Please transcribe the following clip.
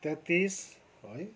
तेत्तिस है